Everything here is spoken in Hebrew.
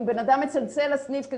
בן אדם מצלצל לסניף,